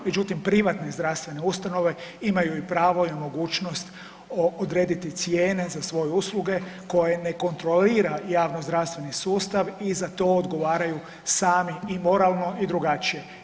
Međutim, privatne zdravstvene ustanove imaju i pravo i mogućnost odrediti cijene za svoje usluge koje ne kontrolira javno-zdravstveni sustav i za to odgovaraju sami i moralno i drugačije.